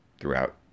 Throughout